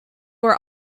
our